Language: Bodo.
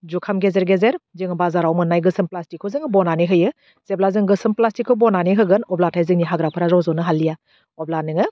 जुखाम गेजेर गेजेर जोङो बाजाराव मोननाय गोसोम फ्लास्टिकखौ जोङो बनानै होयो जेब्ला जों गोसोम फ्लास्टिकखौ बनानै होगोन अब्लाथाय जोंनि हाग्राफोरा रज'नो हालिया अब्ला नोङो